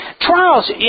Trials